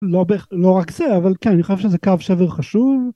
‫לא רק זה, אבל כן, ‫אני חושב שזה קו שבר חשוב.